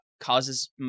causes